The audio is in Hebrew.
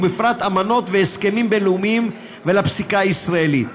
ובפרט לאמנות והסכמים בין-לאומיים ולפסיקה הישראלית.